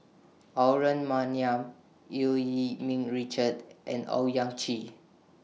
Aaron Maniam EU Yee Ming Richard and Owyang Chi